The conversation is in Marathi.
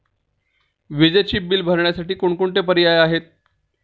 विजेचे बिल भरण्यासाठी कोणकोणते पर्याय आहेत?